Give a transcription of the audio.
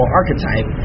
archetype